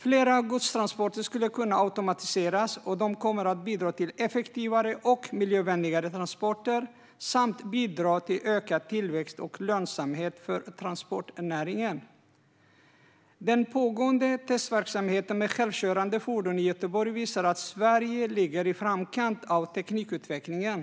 Fler godstransporter skulle kunna automatiseras, och det kommer att bidra till effektivare och miljövänligare transporter samt till ökad tillväxt och lönsamhet för transportnäringen. Den pågående testverksamheten med självkörande fordon i Göteborg visar att Sverige ligger i framkant av teknikutvecklingen.